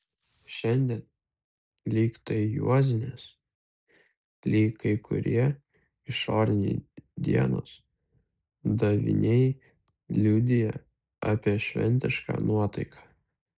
šiandien lyg tai juozinės lyg kai kurie išoriniai dienos daviniai liudija apie šventišką nuotaiką